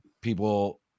people